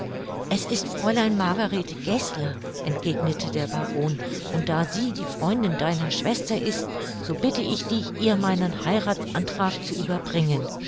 es ist fräulein margarethe geßler entgegnete der baron und da sie die freundin deiner schwester ist so bitte ich dich ihr meinen heirathsantrag zu überbringen